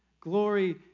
glory